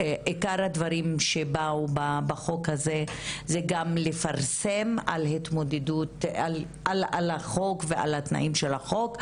עיקר הדברים שבאו בחוק הזה הם גם לפרסם את החוק ואת התנאים של החוק,